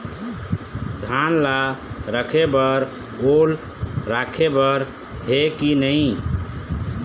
धान ला रखे बर ओल राखे बर हे कि नई?